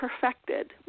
perfected